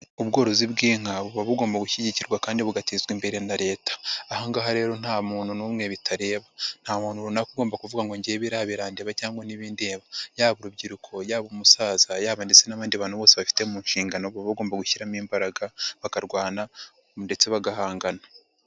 Ubworozi bw'inka buba bugomba gushyigikirwa kandi bugatezwa imbere na leta. Aha ngaha rero nta muntu n'umwe bitareba. Nta muntu runaka ugomba kuvuga ngo ngewe biriya birandeba cyangwa ntibindeba, yaba urubyiruko, yaba umusaza, yaba ndetse n'abandi bantu bose babifite mu nshingano baba bagomba gushyiramo imbaraga, bakarwana ndetse bagahangana.